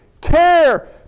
care